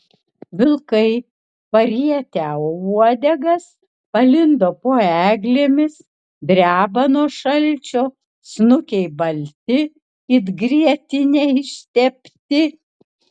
vilkai parietę uodegas palindo po eglėmis dreba nuo šalčio snukiai balti it grietine ištepti